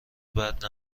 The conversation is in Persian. بعد